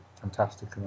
fantastic